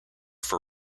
for